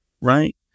right